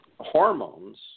hormones